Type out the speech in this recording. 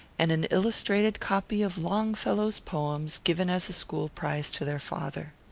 and an illustrated copy of longfellow's poems given as a school-prize to their father.